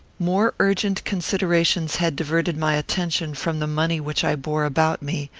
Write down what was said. more urgent considerations had diverted my attention from the money which i bore about me,